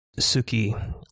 Suki